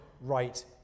right